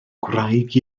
gwraig